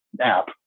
app